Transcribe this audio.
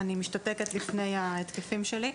אני משתתקת בפני ההתקפים שלי.